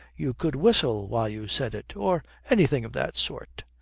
you could whistle while you said it or anything of that sort